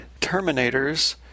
Terminators